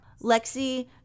Lexi